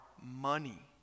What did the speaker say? money